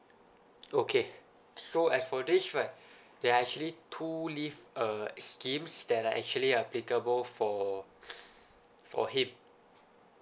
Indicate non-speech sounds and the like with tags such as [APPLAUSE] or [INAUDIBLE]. okay so as for this right there are actually two leave uh s~ schemes that are actually applicable for [BREATH] for him